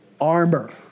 armor